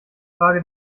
frage